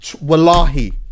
Wallahi